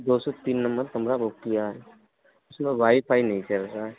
दो सौ तीन नंबर कमरा बुक किया है उसमें वाईफाई नहीं चल रहा है